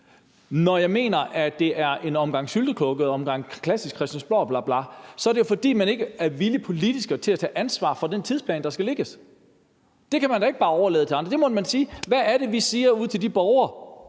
Når jeg mener, at det er en syltekrukke og en klassisk omgang Christiansborg-bla-bla, er det, fordi man ikke er villig politisk til at tage ansvar for den tidsplan, der skal lægges. Det kan man da ikke bare overlade til andre. Hvad er det, vi siger til de borgere,